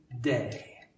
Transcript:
day